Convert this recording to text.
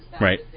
Right